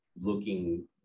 looking